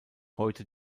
heute